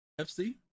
FC